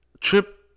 Trip